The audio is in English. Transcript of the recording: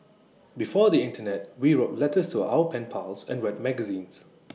before the Internet we wrote letters to our pen pals and read magazines